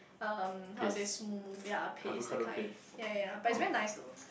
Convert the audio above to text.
um how to say smooth ya a paste that kind ya ya ya but it's very nice though